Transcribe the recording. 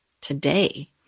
today